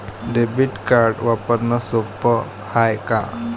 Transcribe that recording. Debit card वापरणं सोप हाय का?